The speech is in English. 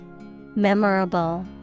Memorable